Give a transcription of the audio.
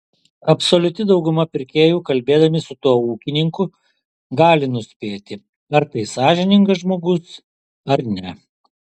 absoliuti dauguma pirkėjų kalbėdami su tuo ūkininku gali nuspėti ar tai sąžiningas žmogus ar ne